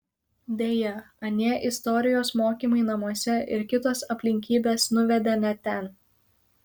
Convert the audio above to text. deja anie istorijos mokymai namuose ir kitos aplinkybės nuvedė ne ten